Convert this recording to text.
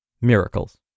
Miracles